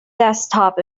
desktop